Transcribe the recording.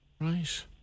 Right